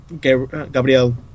Gabriel